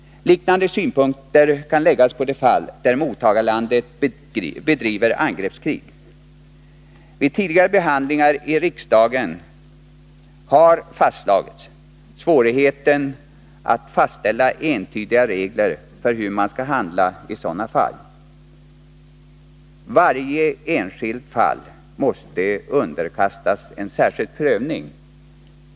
Liknande synpunkter kan läggas på de fall där mottagarlandet bedriver angreppskrig. Vid tidigare behandlingar i riksdagen har det fastslagits att det är svårt att fastställa entydiga regler för hur man skall handla i sådana fall. Varje enskilt fall måste underkastas en särskild prövning.